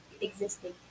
existing